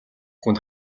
хүнд